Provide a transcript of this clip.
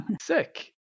sick